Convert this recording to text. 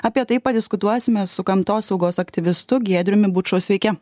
apie tai padiskutuosime su gamtosaugos aktyvistu giedriumi buču sveiki